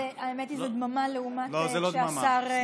האמת היא שזו דממה, לא, זו לא דממה, סליחה.